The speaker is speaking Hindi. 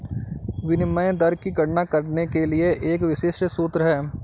विनिमय दर की गणना करने के लिए एक विशिष्ट सूत्र है